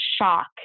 shock